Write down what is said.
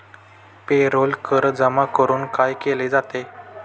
Payroll कर जमा करून काय केले जाते?